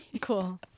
Cool